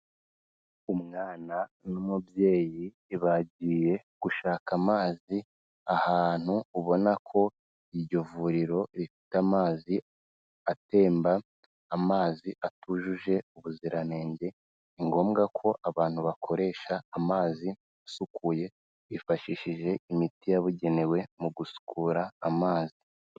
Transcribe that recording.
Umwana n'umubyeyi bagiye gushaka amazi ahantu ubona ko iryo vuriro rifite amazi atemba, amazi atujuje ubuziranenge. Ni ngombwa ko abantu bakoresha amazi asukuye bifashishije imiti yabugenewe mu gusukura amazi.